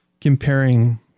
comparing